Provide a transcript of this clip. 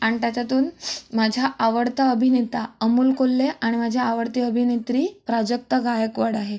आणि त्याच्यातून माझ्या आवडता अभिनेता अमोल कोल्हे आणि माझी आवडती अभिनेत्री प्राजक्ता गायकवाड आहे